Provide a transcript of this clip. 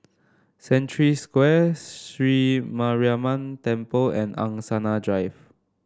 Century Square Sri Mariamman Temple and Angsana Drive